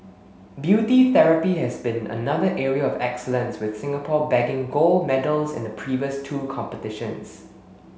beauty therapy has been another area of excellence with Singapore bagging gold medals in the previous two competitions